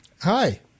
Hi